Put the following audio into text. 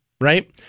Right